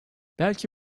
belki